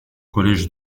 collège